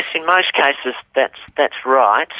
in most cases that's that's right.